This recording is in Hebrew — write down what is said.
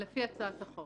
לפי הצעת החוק.